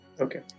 Okay